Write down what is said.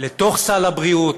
לתוך סל הבריאות,